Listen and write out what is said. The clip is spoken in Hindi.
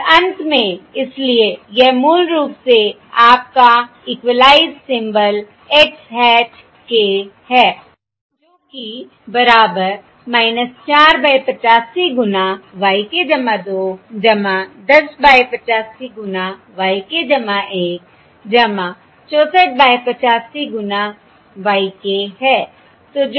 और अंत में इसलिए यह मूल रूप से आपका equalised symbol x hat k है जो कि बराबर 4 बाय 85 गुणा y k 2 10 बाय 85 गुना y k 1 64 बाय 85 गुणा y k है